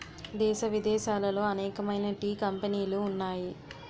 దేశ విదేశాలలో అనేకమైన టీ కంపెనీలు ఉన్నాయి